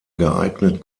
geeignet